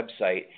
website